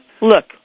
Look